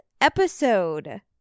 episode